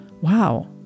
wow